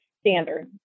standard